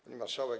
Pani Marszałek!